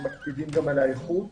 ומקפידים גם על האיכות.